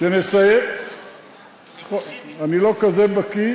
אני לא כזה בקי,